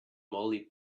molly